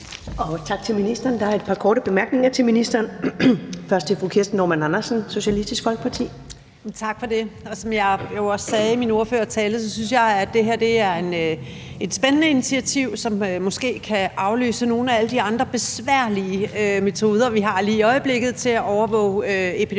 Tak til ministeren. Der er et par korte bemærkninger til ministeren. Først er det fru Kirsten Normann Andersen, Socialistisk Folkeparti. Kl. 13:36 Kirsten Normann Andersen (SF): Tak for det. Som jeg jo også sagde i min ordførertale, synes jeg, at det her er et spændende initiativ, som måske kan afløse nogle af alle de andre besværlige metoder, vi lige i øjeblikket har til at overvåge epidemien